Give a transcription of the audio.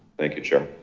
thank you chair.